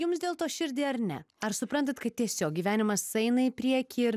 jums dėl to širdį ar ne ar suprantat kad tiesiog gyvenimas eina į priekį ir